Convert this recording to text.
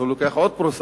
ואז הוא לוקח עוד פרוסה,